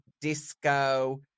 disco